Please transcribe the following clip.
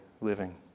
living